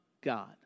God